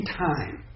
time